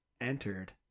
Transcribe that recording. entered